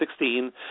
2016